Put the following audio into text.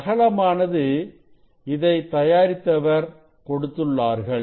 அகலமானது இதை தயாரித்தவர் கொடுத்துள்ளார்கள்